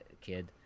kid